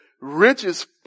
riches